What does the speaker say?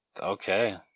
okay